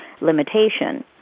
limitation